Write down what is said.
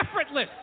effortless